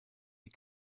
die